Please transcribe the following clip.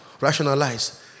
rationalize